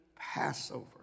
Passover